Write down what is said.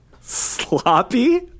Sloppy